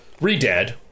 re-dead